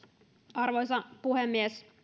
arvoisa puhemies